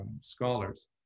scholars